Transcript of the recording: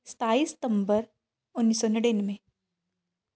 ਸਤਾਈ ਸਤੰਬਰ ਉੱਨੀ ਸੌ ਨੜਿਨਵੇਂ